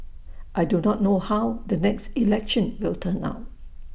I do not know how the next election will turn out